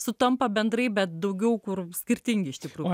sutampa bendrai bet daugiau kur skirtingi iš tikrųjų